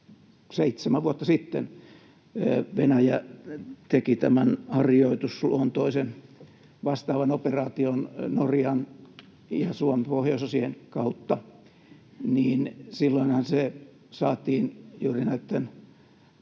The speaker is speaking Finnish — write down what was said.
seitsemän vuotta sitten, Venäjä teki tämän harjoitusluontoisen vastaavan operaation Norjan ja Suomen pohjoisosien kautta, niin silloinhan se saatiin juuri näitten